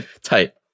Tight